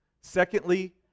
Secondly